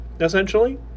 essentially